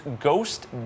ghost